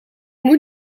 moet